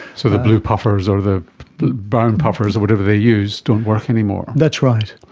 so the blue puffers or the brown puffers or whatever they use don't work anymore. that's right.